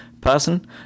person